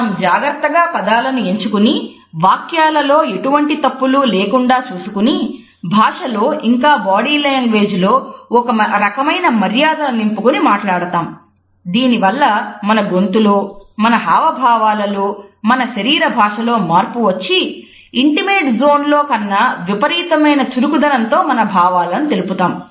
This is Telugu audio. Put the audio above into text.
మనం జాగ్రత్తగా పదాలను ఎంచుకుని వాక్యాలలో ఎటువంటి తప్పులు లేకుండా చూసుకునిభాషలో ఇంకా బాడీ లాంగ్వేజ్ లో కన్నా విపరీతమైన చురుకుదనంతో మన భావాలను తెలుపుతాము